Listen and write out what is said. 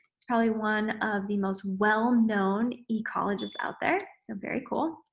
he's probably one of the most well known ecologists out there, so very cool.